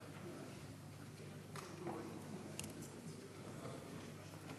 אדוני היושב-ראש, גברתי היושבת-ראש,